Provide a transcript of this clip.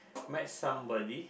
met somebody